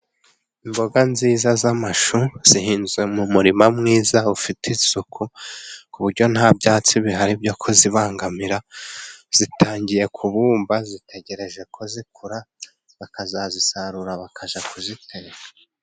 Imboga nziza z'amashu，zihinze mu murima mwiza ufite isuku，ku buryo nta byatsi bihari byo kuzibangamira，zitangiye kubumba zitegereje ko zikura， bakazazisarura bakajya kuzitera.